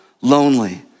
lonely